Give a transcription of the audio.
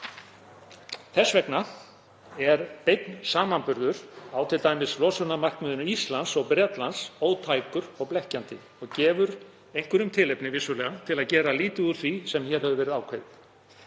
Þess vegna er beinn samanburður á losunarmarkmiðum Íslands og Bretlands ótækur og blekkjandi og gefur einhverjum tilefni til að gera lítið úr því sem hér hefur verið ákveðið.